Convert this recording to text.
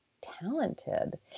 talented